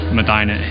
Medina